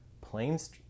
planes